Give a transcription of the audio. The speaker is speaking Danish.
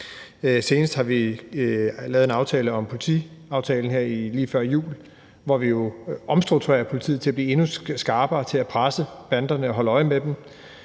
senest lige før jul lavet politiaftalen, hvor vi jo omstrukturerer politiet til at blive endnu skarpere til at presse banderne og holde øje med dem.